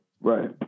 Right